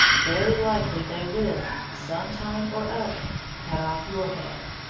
very likely they will, some time or other, cut off your head.